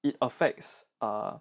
it affects ah